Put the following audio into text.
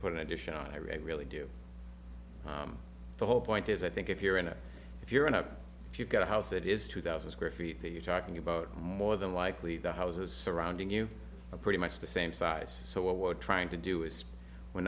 put in addition i really do the whole point is i think if you're in a if you're in a if you've got a house that is two thousand square feet that you're talking about more than likely the houses around you are pretty much the same size so what we're trying to do is we're